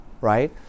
right